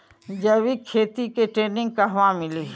जैविक खेती के ट्रेनिग कहवा मिली?